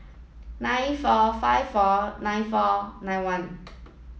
nine four five four nine four nine one